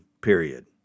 period